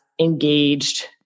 engaged